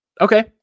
Okay